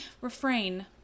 refrain